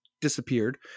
disappeared